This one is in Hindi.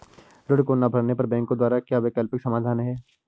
ऋण को ना भरने पर बैंकों द्वारा क्या वैकल्पिक समाधान हैं?